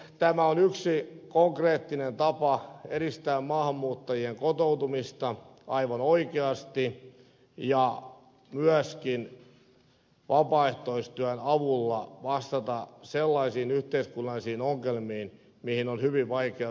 eli tämä on yksi konkreettinen tapa edistää maahanmuuttajien kotoutumista aivan oikeasti ja myöskin vapaaehtoistyön avulla vastata sellaisiin yhteiskunnallisiin ongelmiin joihin on hyvin vaikea viranomaistyöllä päästä